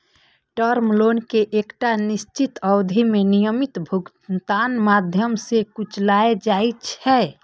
term loan कें एकटा निश्चित अवधि मे नियमित भुगतानक माध्यम सं चुकाएल जाइ छै